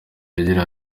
agira